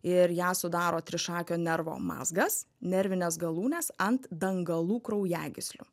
ir ją sudaro trišakio nervo mazgas nervinės galūnės ant dangalų kraujagyslių